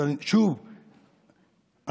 ושוב,